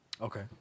Okay